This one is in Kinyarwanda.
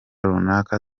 runaka